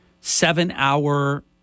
seven-hour